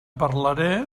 parlaré